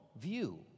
view